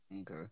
Okay